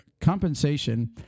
compensation